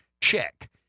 check